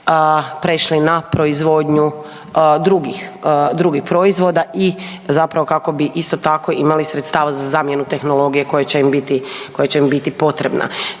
prešli na proizvodnju drugih proizvoda i kako bi isto tako imali sredstava za zamjenu tehnologije koja će im biti potrebna.